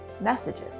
messages